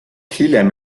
hiljem